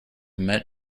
met